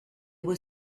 were